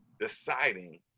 deciding